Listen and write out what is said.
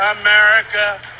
America